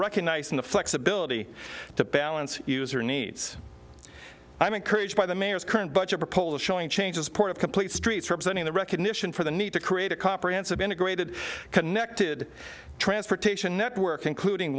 recognizing the flexibility to balance user needs i'm encouraged by the mayor's current budget proposal showing change as part of complete streets representing the recognition for the need to create a comprehensive integrated connected transportation network including